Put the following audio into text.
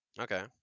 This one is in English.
Okay